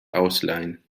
ausleihen